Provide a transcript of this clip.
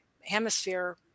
hemisphere